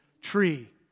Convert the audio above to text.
tree